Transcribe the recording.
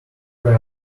were